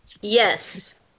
Yes